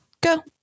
Go